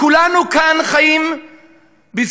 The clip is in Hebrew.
כולנו כאן חיים בזכותם,